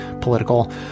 political